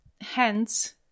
hence